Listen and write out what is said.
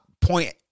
point